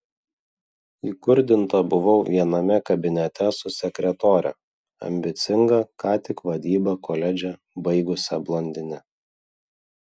įkurdinta buvau viename kabinete su sekretore ambicinga ką tik vadybą koledže baigusia blondine